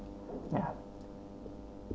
ya